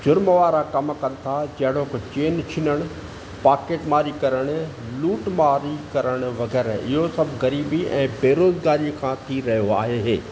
जुर्म वारा कमु कनि था जहिड़ो बि चैन छीनणु पॉकिट मारी करणु लूट मारी करणु वग़ैरह इहो सभु ग़रीबी ऐं बेरोज़गारियूं खां थी रहियो आहे हे